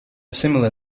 similar